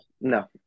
No